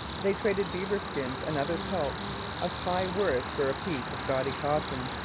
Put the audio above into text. they traded beaver skins and other pelts of high worth for a piece of gaudy cotton,